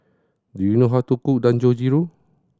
do you know how to cook Dangojiru